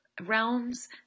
realms